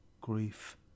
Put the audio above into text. grief